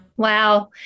Wow